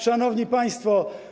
Szanowni Państwo!